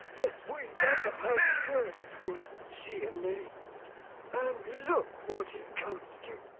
that we've ever had a word upon she and me and look what it comes to!